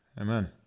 Amen